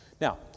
Now